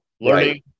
learning